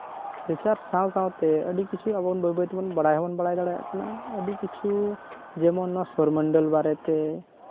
research ᱥᱟᱶ ᱥᱟᱶᱛᱮ ᱟᱹᱰᱤ ᱠᱤᱪᱷᱩ ᱟᱵᱚ ᱵᱟᱹᱭ ᱵᱟᱹᱭ ᱛᱮᱵᱚᱱ ᱵᱟᱲᱟᱭ ᱦᱚᱸᱵᱚᱱ ᱵᱟᱲᱟᱭ ᱫᱟᱲᱮᱭᱟᱜ ᱠᱟᱱᱟ ᱟᱹᱰᱤ ᱠᱤᱪᱷᱩ ᱡᱮᱢᱚᱱ ᱱᱚᱣᱟ ᱥᱳᱨᱚ ᱢᱚᱱᱰᱚᱞ ᱵᱟᱨᱮᱛᱮ